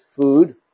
food